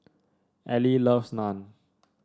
Alie loves Naan